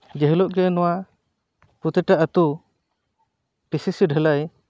ᱡᱮᱦᱤᱞᱳᱜ ᱜᱮ ᱱᱚᱣᱟ ᱯᱨᱚᱛᱤᱴᱟ ᱟᱹᱛᱩ ᱵᱤᱥᱤᱥᱤ ᱥᱮ ᱰᱷᱟᱹᱞᱟᱹᱭ